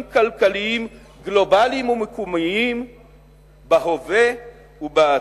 כלכליים גלובליים ומקומיים בהווה ובעתיד.